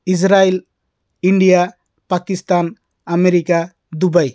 Israel India Pakistan America Dubai